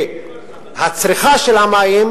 שהצריכה של המים